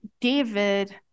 David